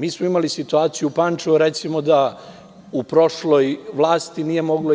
Mi smo imali situaciju u Pančevu da u prošloj vlasti nije mogla